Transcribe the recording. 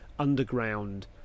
underground